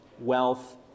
wealth